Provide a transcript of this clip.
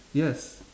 yes